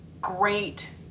great